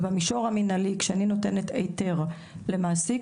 במישור המנהלי כאשר אני נותנת היתר למעסיק,